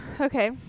okay